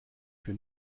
für